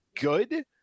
good